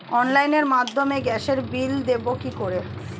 অনলাইনের মাধ্যমে গ্যাসের বিল দেবো কি করে?